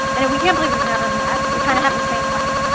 and we can't believe we've never met because we kind of have the same life,